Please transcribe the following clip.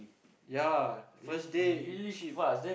ya first day cheap